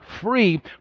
free